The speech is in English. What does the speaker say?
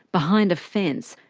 behind a fence,